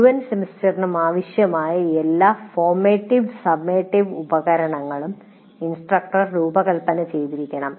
മുഴുവൻ സെമസ്റ്ററിനും ആവശ്യമായ എല്ലാ ഫോർമാറ്റീവ് സമ്മേറ്റിവ് ഉപകരണങ്ങളും ഇൻസ്ട്രക്ടർ രൂപകൽപ്പന ചെയ്തിരിക്കണം